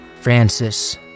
Francis